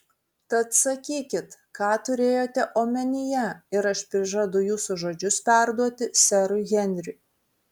tad sakykit ką turėjote omenyje ir aš prižadu jūsų žodžius perduoti serui henriui